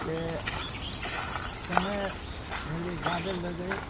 जे समय भले जादा लगै